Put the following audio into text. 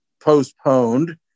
postponed